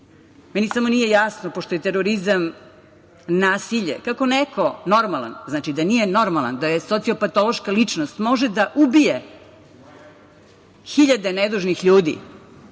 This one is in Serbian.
Meni samo nije jasno, pošto je terorizam nasilje, kako neko normalan, znači da nije normalan, da je socio patološka ličnost, može da ubije hiljade nedužnih